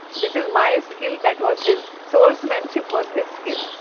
this is my skill. that was his. swordsmanship was his skill.